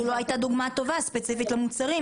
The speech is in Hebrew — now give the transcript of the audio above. לא הייתה דוגמה טובה ספציפית למוצרים,